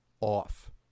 off